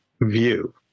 view